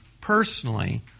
personally